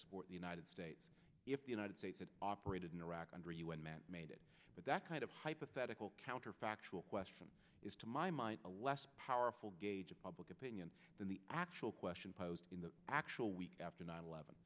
support the united states if the united states had operated in iraq under un man made it but that kind of hypothetical counterfactual question is to my mind a less powerful gauge of public opinion than the actual question posed in the actual week after nine eleven